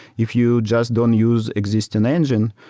if you just don't use existing engine,